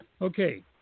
Okay